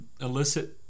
elicit